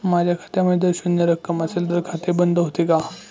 माझ्या खात्यामध्ये जर शून्य रक्कम असेल तर खाते बंद होते का?